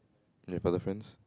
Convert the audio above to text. yes but the friends